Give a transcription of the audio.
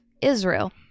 Israel